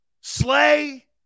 Slay